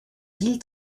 ville